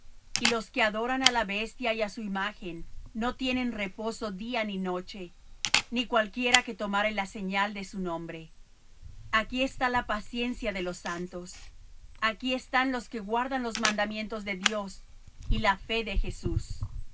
y los que adoran á la bestia y á su imagen no tienen reposo día ni noche ni cualquiera que tomare la señal de su nombre aquí está la paciencia de los santos aquí están los que guardan los mandamientos de dios y la fe de jesús